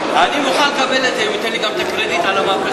אני מוכן לקבל את זה אם הוא ייתן לי גם את הקרדיט על המהפכות,